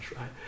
right